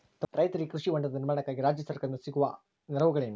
ರೈತರಿಗೆ ಕೃಷಿ ಹೊಂಡದ ನಿರ್ಮಾಣಕ್ಕಾಗಿ ರಾಜ್ಯ ಸರ್ಕಾರದಿಂದ ಆಗುವ ನೆರವುಗಳೇನು?